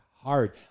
hard